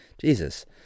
Jesus